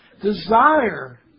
desire